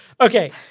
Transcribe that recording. Okay